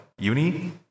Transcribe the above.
uni